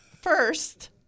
first